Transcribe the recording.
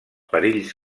perills